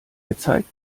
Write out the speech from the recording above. gezeigt